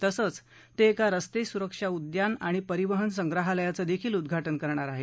तसंच ते एका रस्ते सुरक्षा उद्यान आणि परिवहन संग्रहालयाचं देखील उद्घाटन करणार आहेत